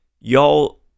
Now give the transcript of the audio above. y'all